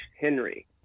Henry